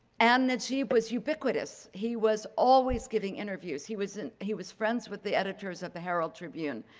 and najeeb was ubiquitous. he was always giving interviews. he was he was friends with the editors of the herald tribune.